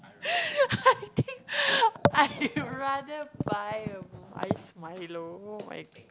I think I rather buy a ice milo